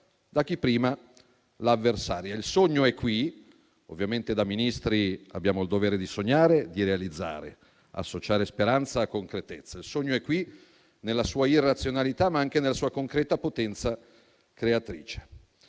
da chi prima l'avversava». Il sogno è qui. Ovviamente da Ministri abbiamo il dovere di sognare e di realizzare, associando speranza e concretezza. Il sogno è qui, nella sua irrazionalità, ma anche nella sua concreta potenza creatrice.